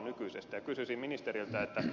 kysyisin ministeriltä